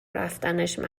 رفتنشم